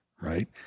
right